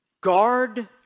Guard